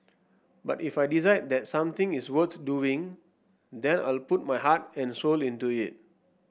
but if I decide that something is worth doing then I'll put my heart and soul into it